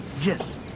Yes